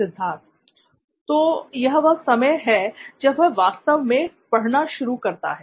सिद्धार्थ तो यह वह समय है जब वह वास्तव में पढ़ना शुरू करता है